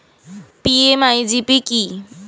PMEGP কি?